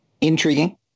Intriguing